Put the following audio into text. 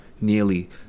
Nearly